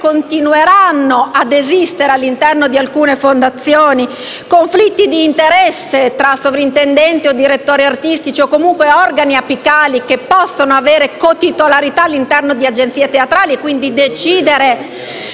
continueranno ad esistere, all'interno di alcune fondazioni, conflitti di interesse fra sovrintendenti, direttori artistici o, comunque, organi apicali che possono avere cotitolarità all'interno di agenzie teatrali e, quindi, decidere